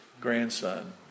grandson